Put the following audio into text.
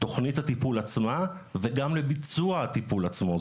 תוכנית הטיפול עצמה, וגם לביצוע הטיפול עצמו.